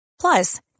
Plus